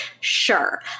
Sure